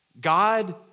God